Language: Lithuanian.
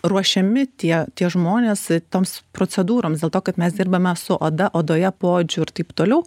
ruošiami tie tie žmonės toms procedūroms dėl to kad mes dirbame su oda odoje poodžiu ir taip toliau